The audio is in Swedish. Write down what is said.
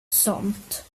sånt